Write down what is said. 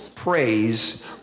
praise